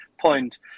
point